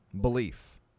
belief